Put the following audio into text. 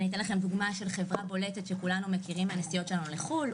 אתן לכם דוגמה של חברה בולטת שכולנו מכירים מהנסיעות שלנו לחו"ל,